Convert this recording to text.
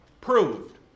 proved